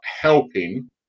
helping